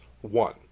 One